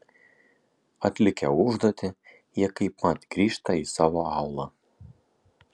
atlikę užduotį jie kaipmat grįžta į savo aūlą